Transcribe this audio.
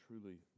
truly